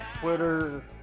Twitter